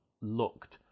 looked